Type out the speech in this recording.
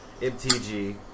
MTG